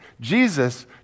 Jesus